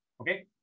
okay